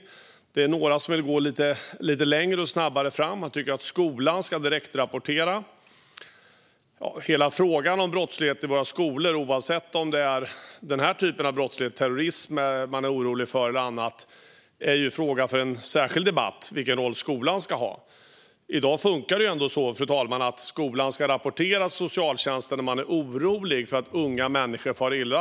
Några vill gå fram lite längre och lite snabbare. Andra tycker att skolan ska direktrapportera sådant som detta. Hela frågan om brottslighet i skolorna, oavsett om man är orolig för brottslighet som terrorism eller annat, och vilken roll skolan ska ha är fråga för en särskild debatt. I dag fungerar det så, fru talman, att skolan ska rapportera till socialtjänsten om man är orolig för att unga människor far illa.